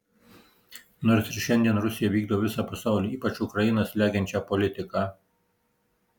nors ir šiandien rusija vykdo visą pasaulį ypač ukrainą slegiančią politiką